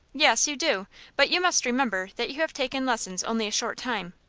yes, you do but you must remember that you have taken lessons only a short time.